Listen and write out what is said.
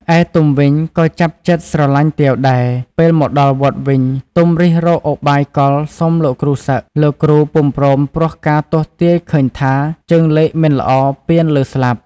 ឯទុំវិញក៏ចាប់ចិត្តស្រឡាញ់ទាវដែរ ពេលមកដល់វត្តវិញ ទុំរិះរកឧបាយកលសុំលោកគ្រូសឹក លោកគ្រូពុំព្រមព្រោះការទស្សទាយឃើញថាជើងលេខមិនល្អពានលើស្លាប់ ។